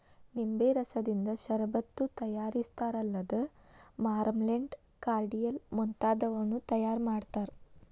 ನಿಂಬೆ ರಸದಿಂದ ಷರಬತ್ತು ತಯಾರಿಸ್ತಾರಲ್ಲದ ಮಾರ್ಮಲೆಂಡ್, ಕಾರ್ಡಿಯಲ್ ಮುಂತಾದವನ್ನೂ ತಯಾರ್ ಮಾಡ್ತಾರ